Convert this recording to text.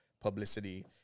publicity